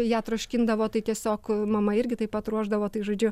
ją troškindavo tai tiesiog mama irgi taip pat ruošdavo tai žodžiu